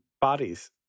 bodies